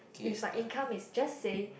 if my income is just say